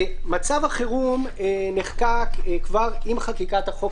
מצב החירום נחקק עם חקיקת החוק.